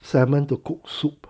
salmon to cook soup